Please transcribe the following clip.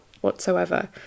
whatsoever